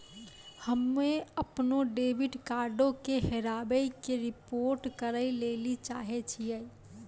हम्मे अपनो डेबिट कार्डो के हेराबै के रिपोर्ट करै लेली चाहै छियै